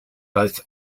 both